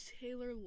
Taylor